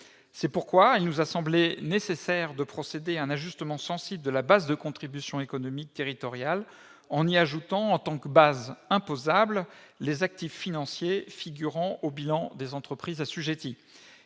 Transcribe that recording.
C'est pourquoi il nous a semblé nécessaire de procéder à un ajustement sensible de la base de la contribution économique territoriale en y ajoutant, en tant que base imposable, les actifs financiers figurant au bilan des entreprises assujetties.